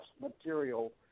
material